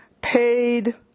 paid